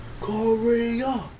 Korea